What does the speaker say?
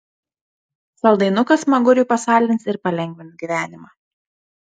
saldainukas smaguriui pasaldins ir palengvins gyvenimą